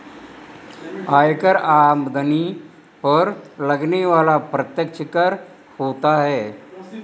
आयकर आमदनी पर लगने वाला प्रत्यक्ष कर होता है